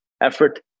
effort